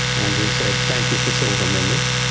and he said, thank you for silver memories.